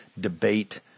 debate